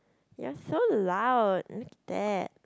you are so loud look at that